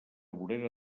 vorera